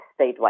statewide